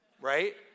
right